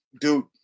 dude